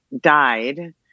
died